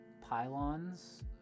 pylons